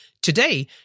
Today